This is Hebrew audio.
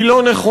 היא לא נכונה,